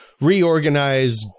reorganize